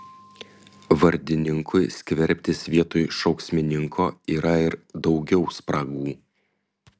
vardininkui skverbtis vietoj šauksmininko yra ir daugiau spragų